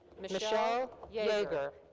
michelle yeager.